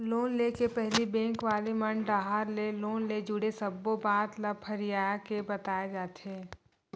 loan ले के पहिली बेंक वाले मन डाहर ले लोन ले जुड़े सब्बो बात ल फरियाके बताए जाथे